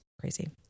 crazy